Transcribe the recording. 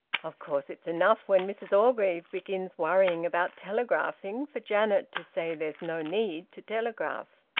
of course it's enough when mrs orgreave begins worrying about telegraphing for janet to say there's no need to telegraph.